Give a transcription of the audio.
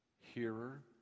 hearer